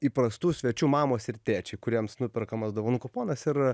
įprastų svečių mamos ir tėčiai kuriems nuperkamas dovanų kuponas ir